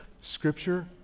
Scripture